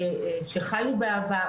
שחיו בעבר,